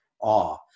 awe